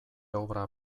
obra